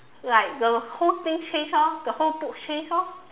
like the whole thing change lor the whole book change lor